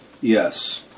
Yes